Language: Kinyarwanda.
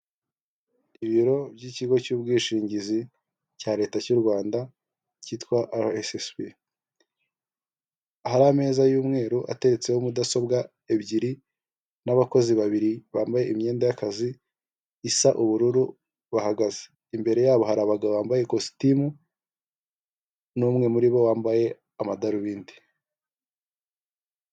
Ibiro by'ikigo cy'ubwishingizi cya leta cy'u Rwanda kitwa ara esi rsi bi, hari ameza y'umweru ateretseho mudasobwa ebyiri n'abakozi babiri bambaye imyenda y'akazi isa ubururu, bahagaze imbere yabo hari abagabo bambaye ikositimu n'umwe muri bo wambaye amadarubindi.